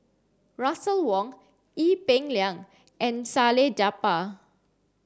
Russel Wong Ee Peng Liang and Salleh Japar